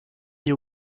you